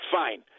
fine